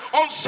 on